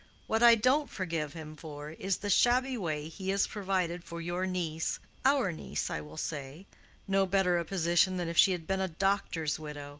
what i don't forgive him for, is the shabby way he has provided for your niece our niece, i will say no better a position than if she had been a doctor's widow.